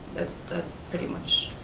that's pretty much